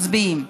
מצביעים.